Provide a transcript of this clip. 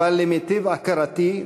אבל למיטב הכרתי,